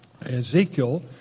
Ezekiel